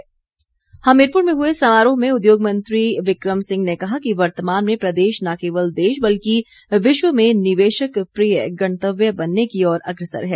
हमीरपुर समारोह हमीरपुर में हुए समारोह में उद्योग मंत्री बिक्रम सिंह ने कहा कि वर्तमान में प्रदेश न केवल देश बल्कि विश्व में निवेशक प्रिय गंतव्य बनने की ओर अग्रसर है